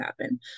happen